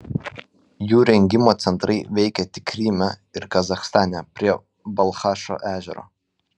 jų rengimo centrai veikė tik kryme ir kazachstane prie balchašo ežero